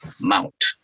mount